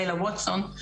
ליילה ווטסון,